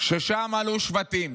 "ששם עלו שבטים"